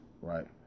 Right